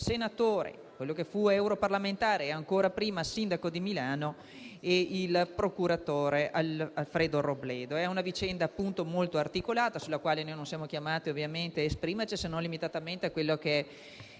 - che fu europarlamentare e ancora prima sindaco di Milano - e il procuratore Alfredo Robledo. È una vicenda molto articolata sulla quale non siamo chiamati, ovviamente, ad esprimerci se non limitatamente all'argomento